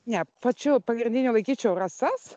ne pačiu pagrindiniu laikyčiau rasas